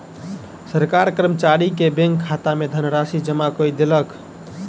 सरकार कर्मचारी के बैंक खाता में धनराशि जमा कय देलक